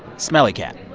smelly cat.